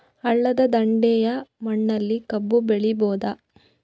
ಹಳ್ಳದ ದಂಡೆಯ ಮಣ್ಣಲ್ಲಿ ಕಬ್ಬು ಬೆಳಿಬೋದ?